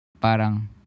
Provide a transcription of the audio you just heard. parang